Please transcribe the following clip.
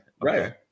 Right